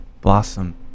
blossom